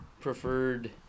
preferred